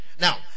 Now